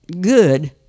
good